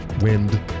wind